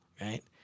right